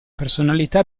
personalità